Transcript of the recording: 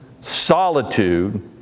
solitude